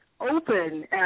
open